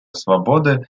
свободы